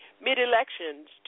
mid-elections